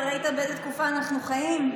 אתה ראית באיזו תקופה אנחנו חיים?